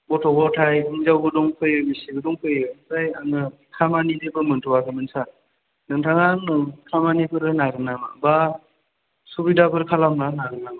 गथ' गथाय हिनजावबो दंफैयो बिसिबो दंफैयो ओमफ्राय आङो खामानि जेबो मोनथ'वाखैमोन सार नोंथाङा आंनो खामानिफोर होनो हागोन नामा बा सुबिदाफोर खालामना होनो हागोन नामा